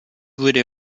wurde